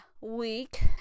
week